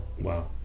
wow